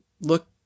look